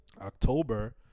October